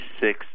six